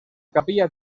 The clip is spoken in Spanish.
capilla